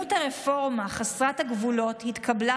אלימות הרפורמה חסרת הגבולות התקבלה